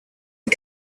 are